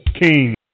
King